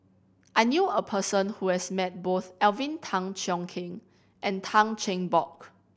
I knew a person who has met both Alvin Tan Cheong Kheng and Tan Cheng Bock